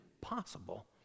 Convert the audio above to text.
possible